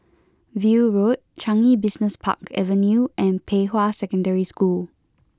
View Road Changi Business Park Avenue and Pei Hwa Secondary School